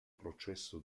processo